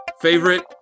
favorite